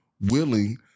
willing